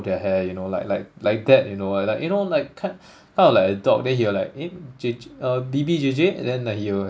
their hair you know like like like that you know like you know like kind kind of like a dog then he will like eh J J B B J J and then he will